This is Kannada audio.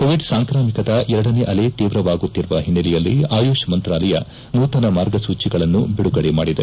ಕೋವಿಡ್ ಸಾಂಕ್ರಾಮಿಕದ ಎರಡನೇ ಅಲೆ ತೀವ್ರವಾಗುತ್ತಿರುವ ಹಿನೈಲೆಯಲ್ಲಿ ಆಯಷ್ ಮಂತಾಲಯ ನೂತನ ಮಾರ್ಗಸೂಚಿಗಳನ್ನು ಬಿಡುಗಡೆ ಮಾಡಿದೆ